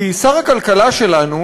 כי שר הכלכלה שלנו,